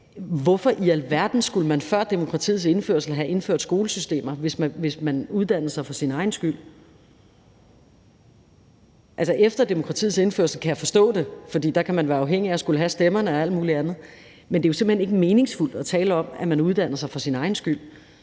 Hvorfor i alverden skulle man før demokratiets indførelse have indført skolesystemer, hvis man uddannede sig for sin egen skyld? Altså, efter demokratiets indførelse kan jeg forstå det, fordi man der kan være afhængig af at skulle have stemmerne og alt muligt andet, men det er jo simpelt hen ikke meningsfuldt at tale om, at man uddanner sig for sin egen skyld.